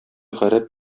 гарәп